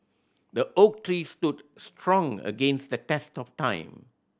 the oak tree stood strong against the test of time